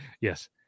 yes